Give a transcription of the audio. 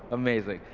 amazing.